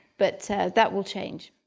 but so that will change.